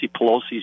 Pelosi's